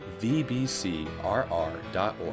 vbcrr.org